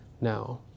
now